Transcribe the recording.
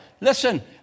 Listen